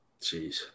Jeez